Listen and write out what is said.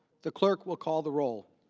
the clerk will call the roll.